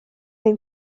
ein